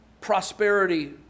prosperity